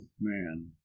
man